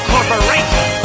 Corporation